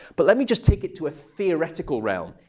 but let me just take it to a theoretical realm.